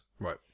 Right